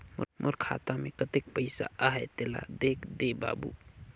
मोर खाता मे कतेक पइसा आहाय तेला देख दे बाबु?